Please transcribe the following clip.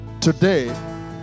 Today